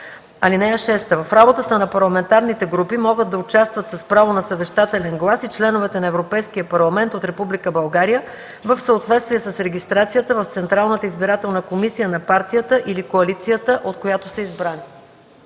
група. (6) В работата на парламентарните групи могат да участват с право на съвещателен глас и членовете на Европейския парламент от Република България в съответствие с регистрацията в Централната избирателна комисия на партията или коалицията, от която са избрани.”